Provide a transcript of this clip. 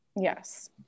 Yes